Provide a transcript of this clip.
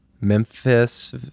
memphis